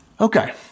Okay